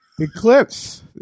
Eclipse